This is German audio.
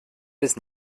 bis